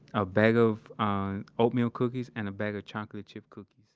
a bag of ah and oatmeal cookies and a bag of chocolate chip cookies